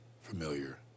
familiar